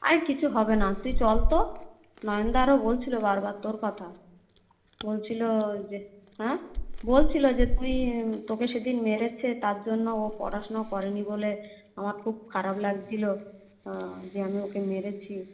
আরে কিছু হবে না তুই চলতো নয়নদা আরো বলছিল বারবার তোর কথা বলছিল যে হ্যাঁ বলছিল যে তুই তোকে সেদিন মেরেছে তারজন্য ও পড়াশুনো করেনি বলে আমার খুব খারাপ লাগছিল যে আমি ওকে মেরেছি